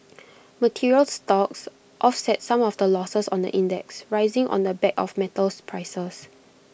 materials stocks offset some of the losses on the index rising on the back of metals prices